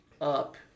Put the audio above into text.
up